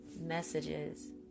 messages